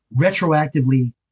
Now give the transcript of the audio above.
retroactively